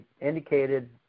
indicated